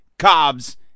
Cobs